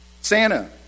Santa